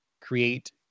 create